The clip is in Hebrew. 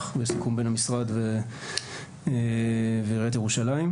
בסיכום בין המשרד ועיריית ירושלים.